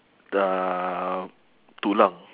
the tulang